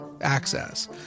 access